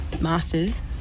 masters